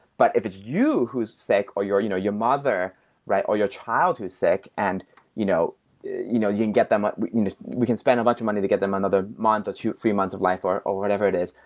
but if it's you who's sick or your you know your mother or your child who's sick and you know you know you can get them ah we you know we can spend a bunch of money to get them another month, or two, three months of life, or or whatever it is.